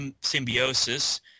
symbiosis